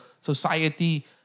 society